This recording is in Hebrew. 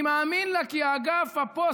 אני מאמין לה, כי אגף הפוסט,